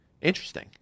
interesting